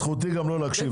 זכותי לא להקשיב.